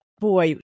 boy